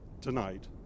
tonight